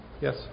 Yes